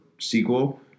sequel –